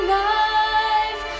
life